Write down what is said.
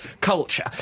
culture